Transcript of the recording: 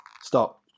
stop